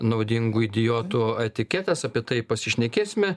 naudingų idiotų etiketes apie tai pasišnekėsime